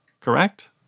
correct